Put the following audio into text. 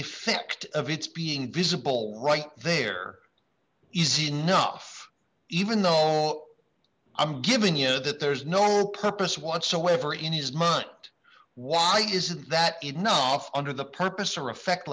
effect of it's being visible right there is enough even though i'm given you know that there's no purpose whatsoever in his money why is that enough under the purpose or effect